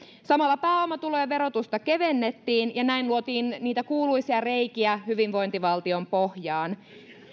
samalla pääomatulojen verotusta kevennettiin ja näin luotiin niitä kuuluisia reikiä hyvinvointivaltion pohjaan